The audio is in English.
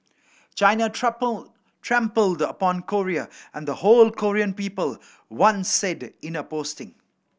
China trampled upon Korea and the whole Korean people one said in a posting